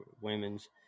women's